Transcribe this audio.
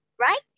right